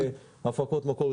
הפקות מקור,